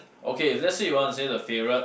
okay let's say you want to say the favourite